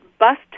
Bust